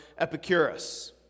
Epicurus